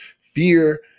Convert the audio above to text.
fear